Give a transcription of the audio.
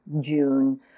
June